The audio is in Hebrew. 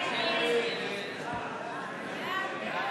הצעת סיעת ישראל ביתנו להביע אי-אמון